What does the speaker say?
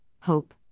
hope